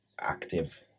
active